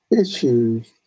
issues